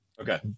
Okay